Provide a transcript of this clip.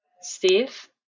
Steve